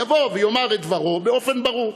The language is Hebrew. יבוא ויאמר את דברו באופן ברור.